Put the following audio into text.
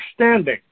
understanding